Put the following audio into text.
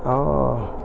orh